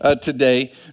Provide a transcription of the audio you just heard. today